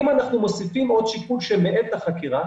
אנחנו מוסיפים עוד שיקול שמאט את החקירה.